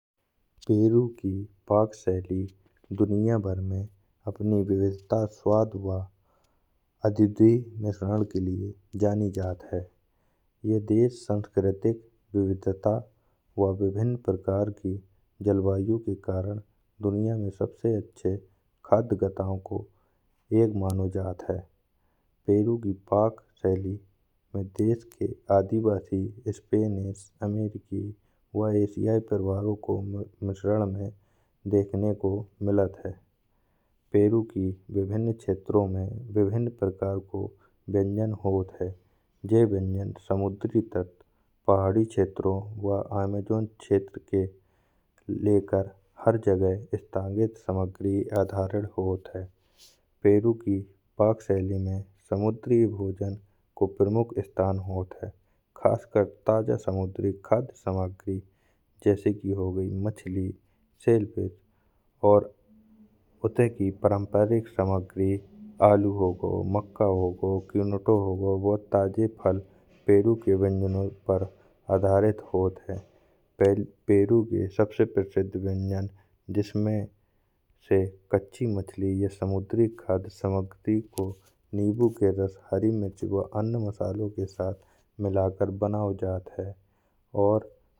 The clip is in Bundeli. पेरू की पाक शैली दुनिया भर में अपनी विविधता स्वाद वा अद्वितीय मिश्रण के लिए जानी जाती है। यह देश सांस्कृतिक विविधता वा भिन्न प्रकार की जलवायु के कारण दुनिया में सबसे अच्छे खाद्यतााओं को एक मानो जात है। पेरू की पाक शैली में देश के आदिवासी स्पैनिश, अमेरिकी वा एशियाई परिवारों को मिश्रण में देखने को मिलत है। पेरू के विभिन्न क्षेत्रों में भिन्न प्रकार को व्यंजन होत है। यह व्यंजन समुद्री तट पहाड़ी क्षेत्रों वा अमेज़न क्षेत्र से लेकर हर जगह स्थापित सामग्री आधारित होत है। पेरू की पाक शैली में समुद्री भोजन को प्रमुख स्थान होत है। खासकर ताजा समुद्री खाद्य सामग्री जैसे कि हो गई मछली शेलफिश और अनेक की पारंपरिक सामग्री आलू हो गया। मक्का हो गया, क्विनोआ हो गया वा ताजे फल पेरू के व्यंजनों पर आधारित होत है। पेरू के सबसे प्रसिद्ध व्यंजन जिसमें से कच्ची मछली या समुद्री खाद्य सामग्री को नींबू के रस, हरी मिर्ची वा अन्य मसालों के साथ मिलाकर बनाया जात है। और अमतौर पर प्याज धनिया के साथ टेंडरों कुटीर वा पेंटा टो पर परोसा जात है।